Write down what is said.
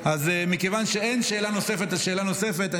מכיוון שאין שאלה נוספת על שאלה נוספת,